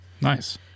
Nice